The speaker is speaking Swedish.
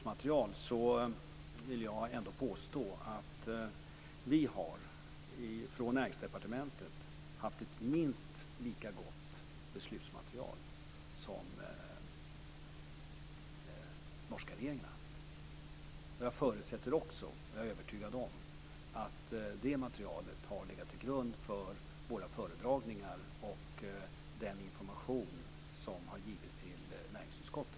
Jag vill ändå påstå att vi från Näringsdepartementet har haft ett minst lika gott beslutsmaterial som den norska regeringen har haft. Jag förutsätter också, och är övertygad om, att det materialet har legat till grund för våra föredragningar och den information som har givits till näringsutskottet.